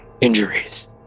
injuries